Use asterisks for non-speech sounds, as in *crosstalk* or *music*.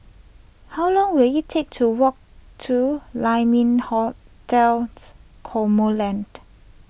how long will it take to walk to Lai Ming Hotel *noise* Cosmoland